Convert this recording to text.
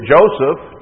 Joseph